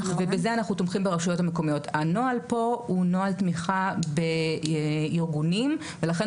הנוהל פה הוא נוהל תמיכה בארגונים ולכן